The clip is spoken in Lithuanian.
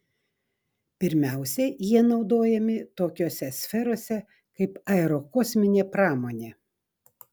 pirmiausia jie naudojami tokiose sferose kaip aerokosminė pramonė